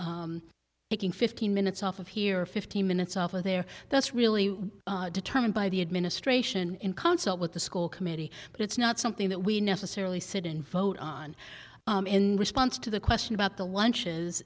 going taking fifteen minutes off of here or fifteen minutes off of there that's really determined by the administration in concert with the school committee but it's not something that we necessarily sit in vote on in response to the question about the lunches